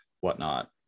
whatnot